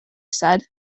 said